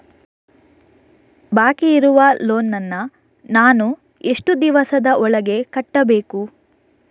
ಬಾಕಿ ಇರುವ ಲೋನ್ ನನ್ನ ನಾನು ಎಷ್ಟು ದಿವಸದ ಒಳಗೆ ಕಟ್ಟಬೇಕು?